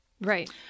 Right